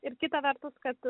ir kita vertus kad